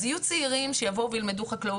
אז יהיו צעירים שיבואו וילמדו חקלאות,